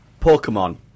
Pokemon